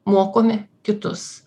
mokome kitus